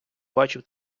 бачив